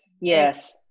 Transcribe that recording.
yes